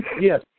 Yes